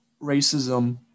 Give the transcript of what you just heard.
racism